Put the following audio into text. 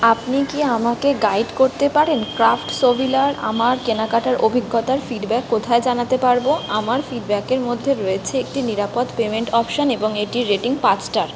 আপনি কি আমাকে গাইড করতে পারেন ক্রাফ্টসভিলায় আমার কেনাকাটার অভিজ্ঞতার ফিডব্যাক কোথায় জানাতে পারবো আমার ফিডব্যাকের মধ্যে রয়েছে একটি নিরাপদ পেমেন্ট অপশান এবং এটির রেটিং পাঁচ স্টার